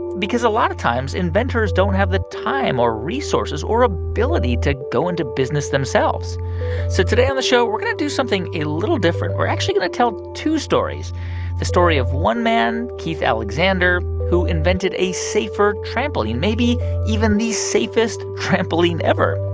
because a lot of times inventors don't have the time, or resources or ability to go into business themselves so today on the show, we're going to do something a little different. we're actually going to tell two stories the story of one man, keith alexander, who invented a safer trampoline, maybe even the safest trampoline ever,